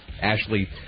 Ashley